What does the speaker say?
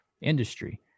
industry